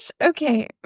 okay